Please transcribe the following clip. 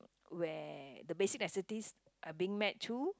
where the basic necessities are being met too